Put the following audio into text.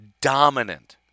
dominant